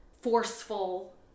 forceful